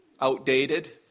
outdated